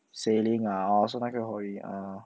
sailing ah oh so 那个可以